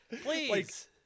Please